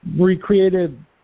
recreated